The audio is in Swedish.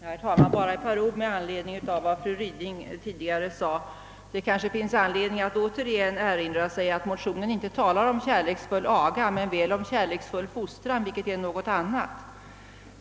Herr talman! Bara ett par ord med anledning av vad fru Ryding sade. Det finns anledning att återigen erinra om att det i motionen inte står »kärleksfull aga» men väl »kärleksfull fostran», vilket är något annat.